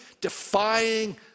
defying